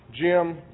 Jim